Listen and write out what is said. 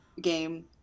game